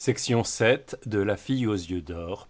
de la communauté mais dont il voulait conserver le capital